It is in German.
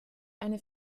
eine